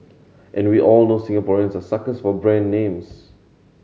and we all know Singaporeans are suckers for brand names